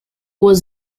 was